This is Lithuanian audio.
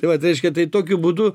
tai vat reiškia tai tokiu būdu